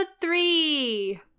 three